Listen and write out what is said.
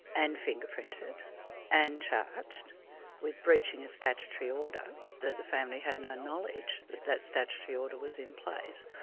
and fingerprinted and charged with breaching a statutory order, that the family had no knowledge that that statutory order was in place,